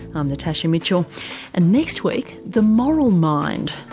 i'm natasha mitchell and next week the moral mind.